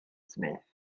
smith